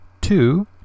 two